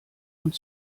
und